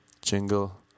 Jingle